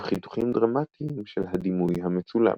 ובחיתוכים דרמאטיים של הדימוי המצולם.